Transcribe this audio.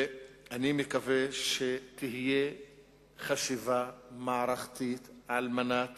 ואני מקווה שתהיה חשיבה מערכתית על מנת